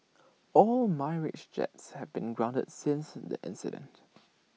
all Mirage jets have been grounded since the incident